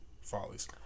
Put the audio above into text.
Follies